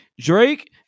Drake